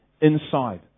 inside